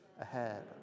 ahead